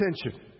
attention